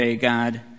God